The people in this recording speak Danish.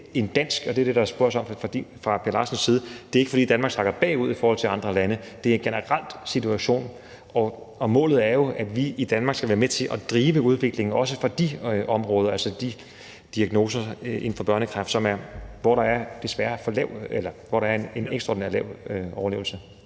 Det er ikke – og det er det, der spørges om fra hr. Per Larsens side – fordi Danmark sakker bagud i forhold til andre lande. Det er en generel situation. Og målet er jo, at vi i Danmark skal være med til at drive udviklingen også på de områder, altså i forhold til de diagnoser inden for børnekræft, hvor der desværre er en ekstraordinær lav overlevelse.